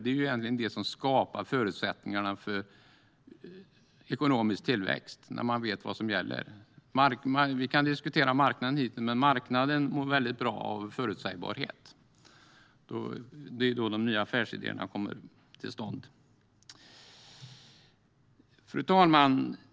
Det som egentligen skapar förutsättningarna för ekonomisk tillväxt är att man vet vad som gäller. Vi kan diskutera marknaden. Men marknaden mår väldigt bra av förutsägbarhet. Det är då de nya affärsidéerna kommer till stånd. Fru talman!